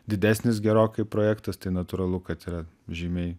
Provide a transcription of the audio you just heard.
didesnis gerokai projektas tai natūralu kad yra žymiai